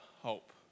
hope